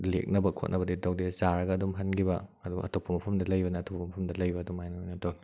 ꯂꯦꯛꯅꯕ ꯈꯣꯠꯅꯕꯗꯤ ꯇꯧꯗꯦ ꯆꯥꯔꯒ ꯑꯗꯨꯝ ꯍꯟꯈꯤꯕ ꯑꯗꯨ ꯑꯇꯣꯞꯄ ꯃꯐꯝꯗ ꯂꯩꯕꯅ ꯑꯇꯣꯞꯄ ꯃꯐꯝꯗ ꯂꯩꯕ ꯑꯗꯨꯝ ꯑꯗꯨꯃꯥꯏꯅ ꯑꯣꯏꯅ ꯇꯧꯏ